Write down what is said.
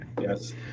Yes